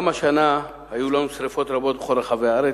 גם השנה היו לנו שרפות רבות בכל רחבי הארץ.